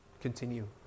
continue